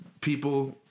people